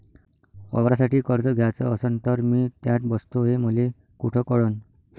वावरासाठी कर्ज घ्याचं असन तर मी त्यात बसतो हे मले कुठ कळन?